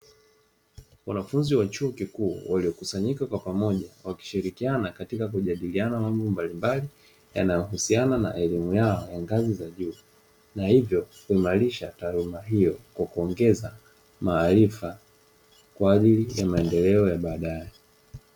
Wanafunzi wa chuo kikuu waliokusanyika kwa pamoja wakishirikiana katika kujadiliana mambo mbalimbali, yanayohusiana na elimu yao ya ngazi za juu, na hivyo kuimarisha taaluma hiyo kwa kuongeza maarifa kwa ajili ya maendeleo ya baadae.